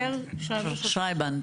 שרייבהנד.